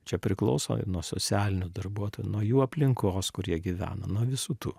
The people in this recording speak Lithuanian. čia priklauso nuo socialinių darbuotojų nuo jų aplinkos kur jie gyvena nuo visų tų